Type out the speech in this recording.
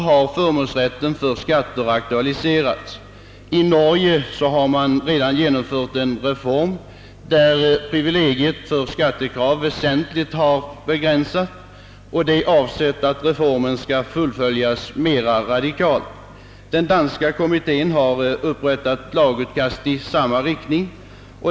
I Norge har redan en reform genomförts varvid privilegiet för skattekrav väsentligt begränsats, och avsikten är att reformen skall fullföljas på ett mera radikalt sätt. Den danska kommittén har upprättat lagutkast i samma riktning.